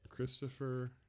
christopher